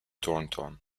thornton